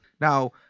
Now